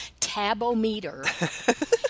tabometer